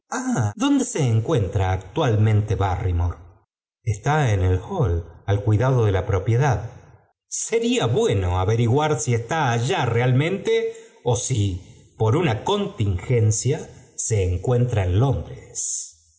dónde está actualmente barrymore está en el hall al cuidado de la propiedad jr sería bueno averiguar si está allá realmente ó si por una contingencia se encuentra en